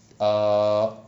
err